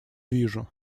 вижу